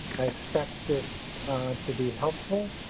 i expect this to be helpful.